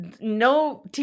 No